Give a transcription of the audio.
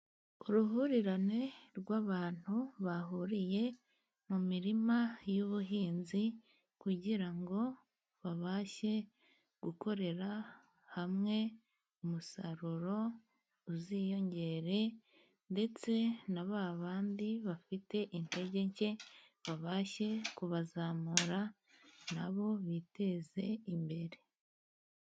Uruhurirane rw'abantu bahuriye mu mirima y'ubuhinzi kugira ngo babashe gukorera hamwe umusaruro uziyongere, ndetse na ba bandi bafite intege nke babashe kubazamura na bo biteze imbere.